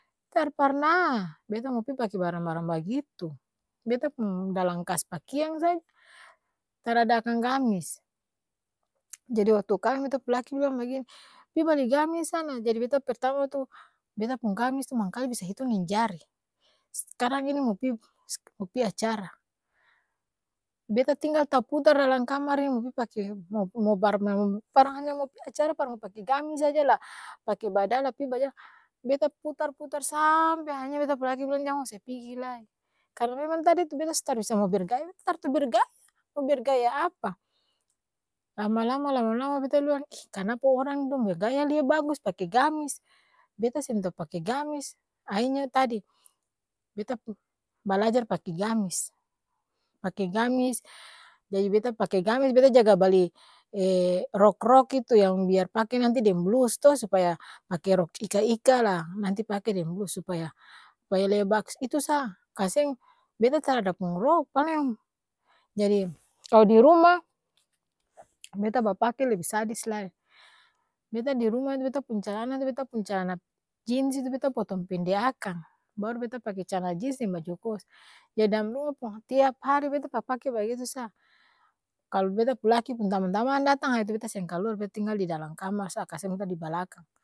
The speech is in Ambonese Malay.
Tar parnaah beta mo pi pake barang-barang bagitu, beta pung dalang kas pakeang saja, tarada akang gamis, jadi waktu kaweng beta pung laki bilang bagini pi bali gamis sana! Jadi beta pertama tu, beta pung gamis tu mangkali bisa hitung deng jari, s'karang ini mo pi mo-pi acara, beta tinggal taputar dalang kamar ini mo pi pake par hanya mo pi acara par mo pake gamis saja laa pake bada la pi bajalan, beta puta-putar saaampee ahi nya beta pung laki bilang jang ose pigi lai, karna memang tadi tu beta su tar bisa mo bergaya, beta tar tau bergaya! Mo bergaya apa? Lama-lama lama-lama-beta bilang ih kanapa orang dong bergaya lia bagus pake gamis? Beta seng tau pake gamis ahi nyatadi, beta pu balajar pake gamis, pake gamis, jadi beta pake gamis beta jaga bali rok-rok itu yang biar pake nanti deng blus to supaya pake rok ika-ika la nanti pake deng blus supaya, supaya lia bags, itu saa ka seng beta tarada pung rok, paleng, jadi kalo di ruma, beta bapake lebi sadis lai, beta di ruma tu beta pung calana tu beta pung calana jins itu beta potong pende akang, baru beta pake calan jins deng baju kos, jadi dam ruma pung tiap hari beta papake bagitu sa, kalo beta pung laki pung tamang-tamang datang ha itu beta seng kaluar bet tinggal di dalam kamar saa ka seng beta di balakang.